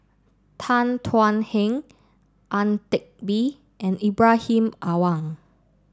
Tan Thuan Heng Ang Teck Bee and Ibrahim Awang